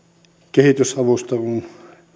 kehitysavusta kun